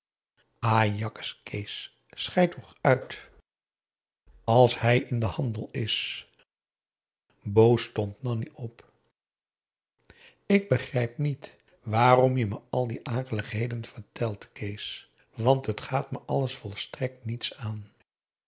schei toch uit als hij in den handel is boos stond nanni op ik begrijp niet waarom je me al die akeligheden vertelt kees want het gaat me alles volstrekt niet aan